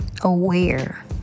aware